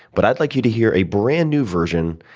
but i'd like you to hear a brand new version,